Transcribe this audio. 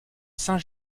saint